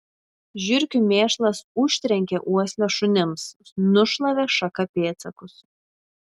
žiurkių mėšlas užtrenkė uoslę šunims nušlavė šaka pėdsakus